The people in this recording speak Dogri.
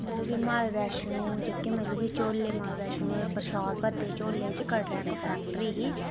जेह्के माता वैष्णो मतलब की जेह्के झोले माता वैष्णो प्रशाद भरदे झोले च कटरे इक फैक्टरी ही